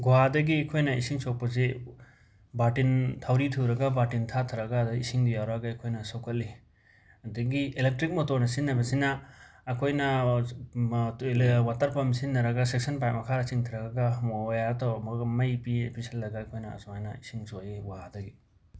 ꯒꯨꯍꯥꯗꯒꯤ ꯑꯈꯣꯏꯅ ꯏꯁꯤꯡ ꯁꯣꯛꯄꯁꯤ ꯕꯥꯔꯇꯤꯟ ꯊꯧꯔꯤ ꯊꯨꯔꯒ ꯕꯥꯇꯤꯟ ꯊꯥꯙꯔꯒ ꯏꯁꯤꯡꯗꯣ ꯌꯥꯎꯔꯛꯑꯒ ꯑꯩꯈꯣꯏꯅ ꯁꯣꯛꯀꯠꯂꯤ ꯑꯗꯒꯤ ꯑꯦꯂꯦꯛꯇ꯭ꯔꯤꯛ ꯃꯣꯇꯣꯔꯅ ꯁꯤꯖꯤꯟꯅꯕꯁꯤꯅ ꯑꯩꯈꯣꯏꯅ ꯑ ꯃ ꯇ꯭ꯌꯨꯂ ꯋꯥꯇꯔ ꯄꯝꯞ ꯁꯤꯖꯤꯟꯅꯔꯒ ꯁꯦꯁꯟ ꯄꯥꯏꯞ ꯃꯈꯥꯗ ꯆꯤꯡꯊꯔꯒ ꯋꯥꯌꯥꯔ ꯇꯧꯔꯝꯃꯒ ꯃꯩꯄꯤ ꯄꯤꯁꯤꯜꯂꯒ ꯑꯩꯈꯣꯏꯅ ꯑꯁꯨꯃꯥꯏꯅ ꯏꯁꯤꯡ ꯁꯣꯛꯏ ꯒꯨꯍꯥꯗꯒꯤ